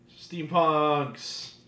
Steampunks